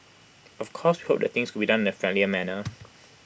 of course we hope that things could be done in A friendlier manner